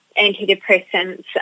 antidepressants